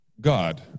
God